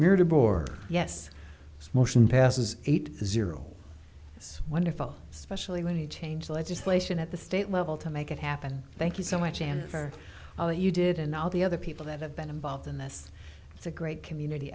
your tibor yes motion passes eight zero this wonderful especially when you change legislation at the state level to make it happen thank you so much and for all that you did and all the other people that have been involved in this it's a great community